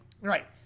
Right